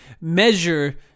measure